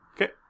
Okay